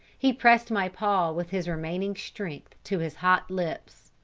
he pressed my paw with his remaining strength to his hot lips,